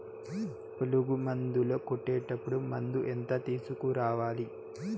పులుగు మందులు కొట్టేటప్పుడు మందు ఎంత తీసుకురావాలి?